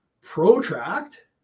protract